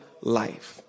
life